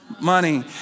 Money